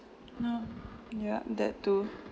no ya that too